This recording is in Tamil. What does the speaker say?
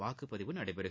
வாக்குப்பதிவு நடைபெறும்